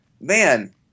man